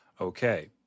Okay